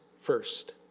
first